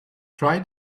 try